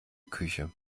küche